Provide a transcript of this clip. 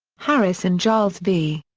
harris and giles v.